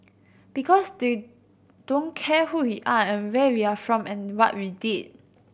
because they don't care who we are and where we are from and what we did